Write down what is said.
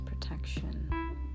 protection